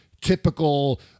typical